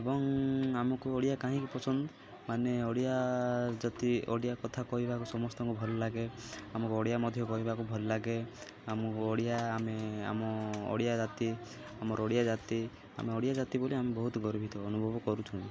ଏବଂ ଆମକୁ ଓଡ଼ିଆ କାହିଁକି ପସନ୍ଦ ମାନେ ଓଡ଼ିଆ ଜାତି ଓଡ଼ିଆ କଥା କହିବାକୁ ସମସ୍ତଙ୍କୁ ଭଲ ଲାଗେ ଆମକୁ ଓଡ଼ିଆ ମଧ୍ୟ କହିବାକୁ ଭଲ ଲାଗେ ଆମକୁ ଓଡ଼ିଆ ଆମେ ଆମର ଓଡ଼ିଆ ଜାତି ଆମର ଓଡ଼ିଆ ଜାତି ଆମେ ଓଡ଼ିଆ ଜାତି ବୋଲି ଆମେ ବହୁତ ଗର୍ବିତ ଅନୁଭବ କରୁଛୁ